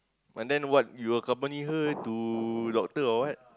and then what you accompany her to doctor or what